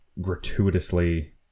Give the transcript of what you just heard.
gratuitously